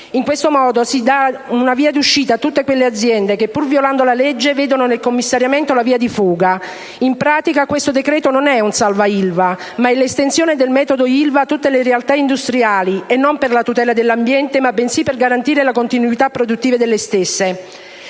In questo modo si dà una via d'uscita a tutte quelle aziende che, pur violando la legge, vedono nel commissariamento la via di fuga. In pratica, questo decreto non è un salva Ilva ma è l'estensione del metodo Ilva a tutte le realtà industriali, e non per la tutela dell'ambiente, bensì per garantire la continuità produttiva delle stesse.